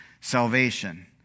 salvation